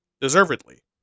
Deservedly